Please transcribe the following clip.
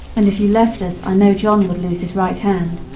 and if you left us i know john would lose his right hand.